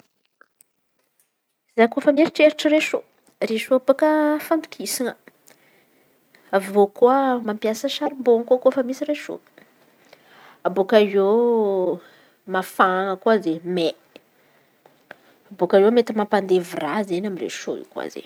Za koa refa mieritreritry resô resô fandokisa. Avy eo koa mampiasa sarbaon kôfa misy resô abôaka eo mafana koa zey mey bôaka eo mety mampandevy raha izen̈y amy resô io koa izen̈y.